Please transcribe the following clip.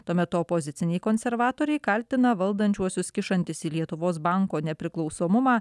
tuo metu opoziciniai konservatoriai kaltina valdančiuosius kišantis į lietuvos banko nepriklausomumą